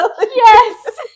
yes